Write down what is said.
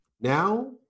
Now